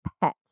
pet